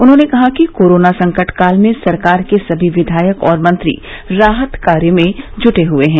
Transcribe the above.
उन्होंने कहा कि कोरोना संकट काल में सरकार के सभी विधायक और मंत्री राहत कार्य में जुटे हुए हैं